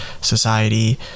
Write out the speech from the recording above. society